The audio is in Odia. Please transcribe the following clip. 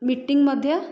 ମିଟିଙ୍ଗ ମଧ୍ୟ